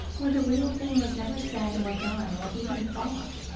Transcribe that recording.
where the real thing was never said or done or even thought,